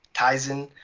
tizen.